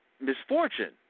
misfortune